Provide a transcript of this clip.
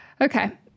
Okay